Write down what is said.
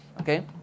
Okay